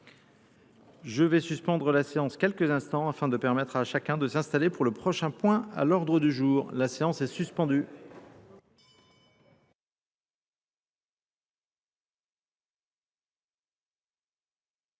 Je vais suspendre la séance quelques instants afin de permettre à chacun de s'installer pour le prochain point à l'ordre du jour. La séance est suspendue.